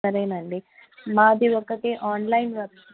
సరేనండి మాది ఒకటి ఆన్లైన్ వ